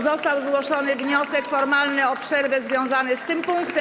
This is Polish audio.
Został zgłoszony wniosek formalny o przerwę związany z tym punktem.